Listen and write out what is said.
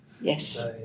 Yes